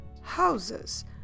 houses